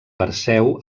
perseu